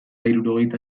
hirurogeita